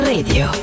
Radio